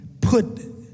put